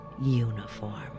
uniform